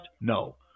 No